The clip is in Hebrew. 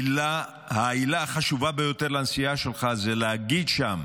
העילה החשובה ביותר לנסיעה שלך זה להגיד שם: